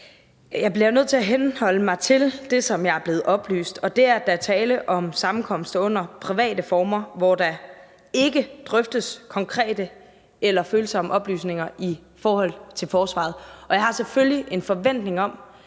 Jeg bliver nødt til at henholde mig til det, som jeg er blevet oplyst, og det er, at der er tale om sammenkomster under private former, hvor der ikke drøftes konkrete eller følsomme oplysninger i forhold til forsvaret. Jeg har selvfølgelig en forventning om,